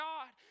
God